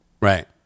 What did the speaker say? Right